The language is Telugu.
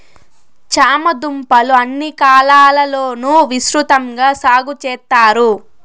చామ దుంపలు అన్ని కాలాల లోనూ విసృతంగా సాగు చెత్తారు